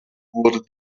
wurde